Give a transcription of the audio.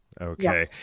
Okay